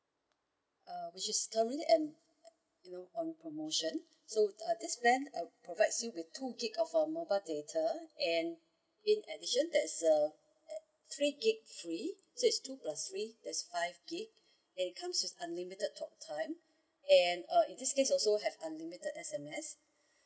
uh which is currently an you know on promotion so uh this plan uh provides you with two gig of uh mobile data and in addition that's uh three gig free so is two plus three there's five gig and it comes with unlimited talk time and uh in this case also have unlimited S_M_S